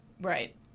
Right